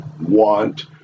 want